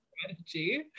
strategy